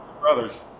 brothers